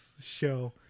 show